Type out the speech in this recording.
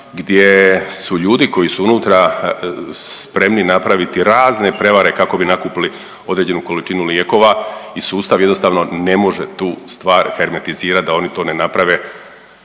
gdje su ljudi koji su unutra spremni napraviti razne prevare kako bi nakupili određenu količinu lijekova i sustav jednostavno ne može tu stvar hermetizirat da oni to ne naprave